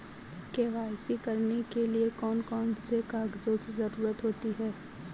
KYC करने के लिए कौन कौन से कागजों की जरूरत होती है?